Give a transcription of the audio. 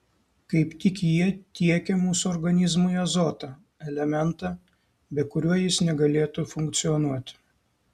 kaip tik jie tiekia mūsų organizmui azotą elementą be kurio jis negalėtų funkcionuoti